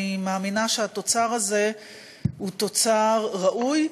אני מאמינה שהתוצר הזה הוא תוצר ראוי.